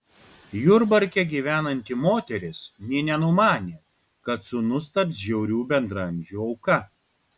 jurbarke gyvenanti moteris nė nenumanė kad sūnus taps žiaurių bendraamžių auka